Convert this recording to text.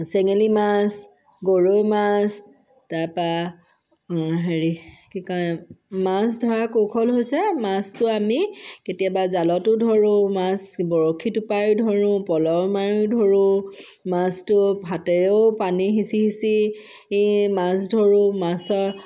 চেঙেলী মাছ গৰৈ মাছ তাৰপৰা হেৰি কি কয় মাছ ধৰা কৌশল হৈছে মাছটো আমি কেতিয়াবা জালতো ধৰোঁ মাছ বৰশী টোপাইয়ো ধৰোঁ প'ল মাৰিও ধৰোঁ মাছটো হাতেৰেও পানী সিঁচি সিঁচি মাছ ধৰোঁ মাছৰ